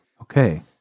Okay